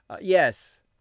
yes